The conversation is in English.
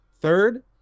Third